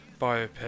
biopic